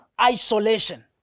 isolation